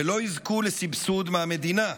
ולא יזכו לסבסוד מהמדינה.